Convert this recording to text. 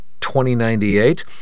2098